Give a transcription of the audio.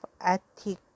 ethic